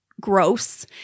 gross